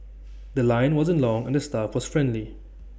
The Line wasn't long and the staff was friendly